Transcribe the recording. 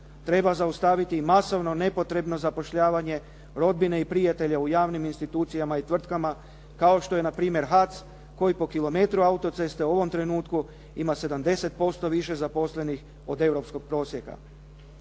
Treba zaustaviti i masovno nepotrebno zapošljavanje rodbine i prijatelja u javnim institucijama i tvrtkama, kao što je na primjer HAC koji po kilometru autoceste u ovom trenutku ima 70% više zaposlenih od europskog prosjeka.